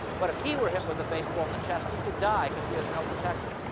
but if he were hit with a baseball in the chest, he could die, because he has no protection.